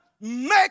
make